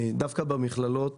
דווקא במכללות